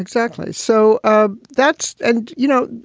exactly. so ah that's. and, you know,